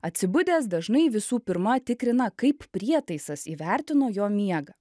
atsibudęs dažnai visų pirma tikrina kaip prietaisas įvertino jo miegą